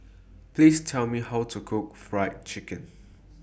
Please Tell Me How to Cook Fried Chicken